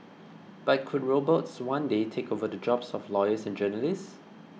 but could robots one day take over the jobs of lawyers and journalists